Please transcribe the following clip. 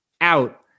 out